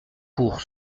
pour